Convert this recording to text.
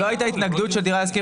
לא הייתה התנגדות של דירה להשכיר.